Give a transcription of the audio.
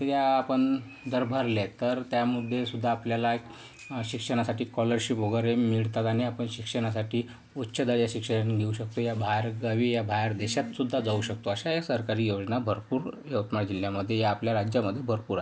तर या आपण जर भरल्या तर त्यामध्ये सुद्धा आपल्याला शिक्षणासाठी स्कॉलरशिप वगैरे मिळतात आणि आपण शिक्षणासाठी उच्च दर्जाचे शिक्षण घेऊ शकतो या बाहेरगावी या बाहेर देशातसुद्धा जाऊ शकतो अशा या सरकारी योजना भरपूर यवतमाळ जिल्ह्यामध्ये या आपल्या राज्यामध्ये भरपूर आहे